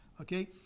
okay